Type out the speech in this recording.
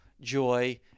joy